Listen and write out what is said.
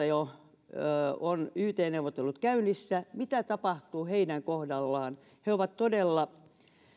jo yt neuvottelut käynnissä mitä tapahtuu heidän kohdallaan he ovat todella